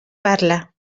parla